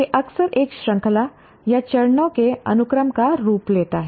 यह अक्सर एक श्रृंखला या चरणों के अनुक्रम का रूप लेता है